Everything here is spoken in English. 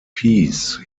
peace